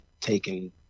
taken